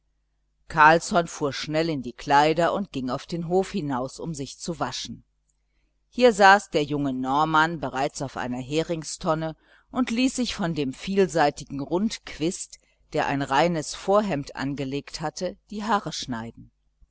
carlsson fuhr schnell in die kleider und ging auf den hof hinaus um sich zu waschen hier saß der junge norman bereits auf einer heringstonne und ließ sich von dem vielseitigen rundquist der ein reines vorhemd angelegt hatte die haare schneiden